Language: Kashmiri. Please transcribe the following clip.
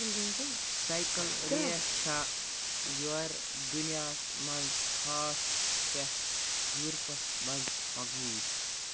سایکل ریس چھِ یوٗرٕ دُنیاہَس منٛز خاص پٮ۪ٹھ یوٗرپَس منٛز مقبوٗل